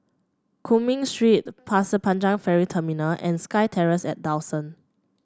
Cumming Street Pasir Panjang Ferry Terminal and SkyTerrace at Dawson